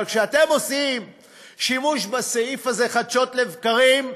אבל כשאתם עושים שימוש בסעיף הזה חדשות לבקרים,